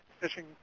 fishing